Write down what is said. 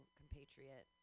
compatriot